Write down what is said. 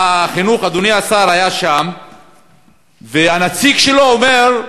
אדוני השר, משרד החינוך היה שם והנציג שלו אומר: